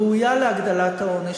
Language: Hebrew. ראויה להגדלת העונש.